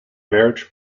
marriage